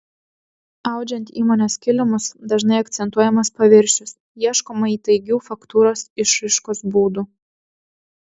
audžiant įmonės kilimus dažnai akcentuojamas paviršius ieškoma įtaigių faktūros išraiškos būdų